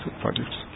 projects